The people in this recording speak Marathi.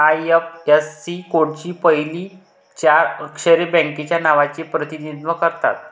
आय.एफ.एस.सी कोडची पहिली चार अक्षरे बँकेच्या नावाचे प्रतिनिधित्व करतात